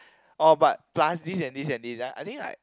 oh but plus this and this and this then I think like